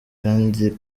kandi